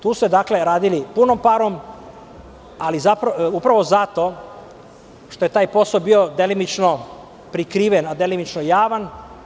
Tu ste radili punom parom, upravo zato što je taj posao bio delimično prikriven, a delimično i javan.